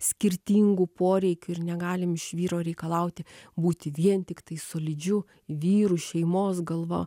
skirtingų poreikių ir negalim iš vyro reikalauti būti vien tiktai solidžiu vyru šeimos galva